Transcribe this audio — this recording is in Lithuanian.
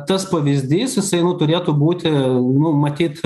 tas pavyzdys jisai nu turėtų būti nu matyt